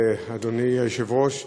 אדוני היושב-ראש,